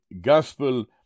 Gospel